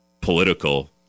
political